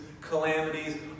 calamities